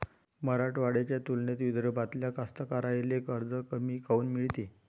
मराठवाड्याच्या तुलनेत विदर्भातल्या कास्तकाराइले कर्ज कमी काऊन मिळते?